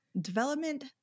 development